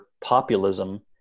populism